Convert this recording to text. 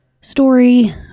story